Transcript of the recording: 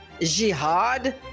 jihad